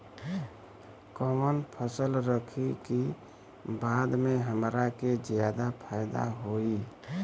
कवन फसल रखी कि बाद में हमरा के ज्यादा फायदा होयी?